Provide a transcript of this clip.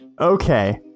Okay